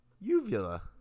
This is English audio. Uvula